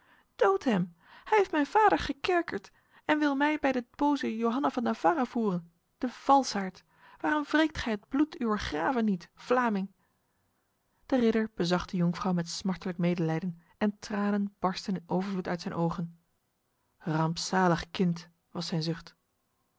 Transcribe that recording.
hij heeft mijn vader gekerkerd en wil mij bij de boze johanna van navarra voeren de valsaard waarom wreekt gij het bloed uwer graven niet vlaming de ridder bezag de jonkvrouw met smartelijk medelijden en tranen barstten in overvloed uit zijn ogen rampzalig kind was zijn zucht